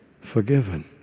forgiven